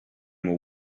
will